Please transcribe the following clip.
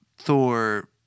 Thor